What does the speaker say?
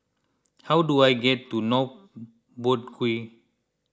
how do I get to North Boat Quay